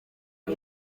uko